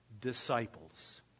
disciples